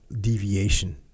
deviation